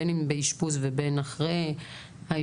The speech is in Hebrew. בין אם באשפוז ובין אם אחרי האשפוז,